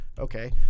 Okay